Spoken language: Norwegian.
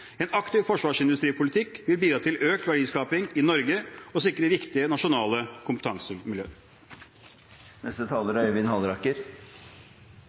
En aktiv forsvarsindustripolitikk vil bidra til økt verdiskaping i Norge og sikre viktige nasjonale kompetansemiljøer. Det er